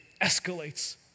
escalates